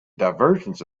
divergence